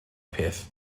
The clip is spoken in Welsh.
peth